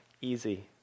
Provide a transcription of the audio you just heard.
easy